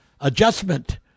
adjustment